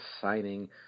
signing